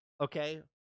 okay